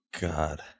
God